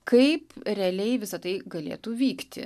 kaip realiai visa tai galėtų vykti